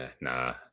nah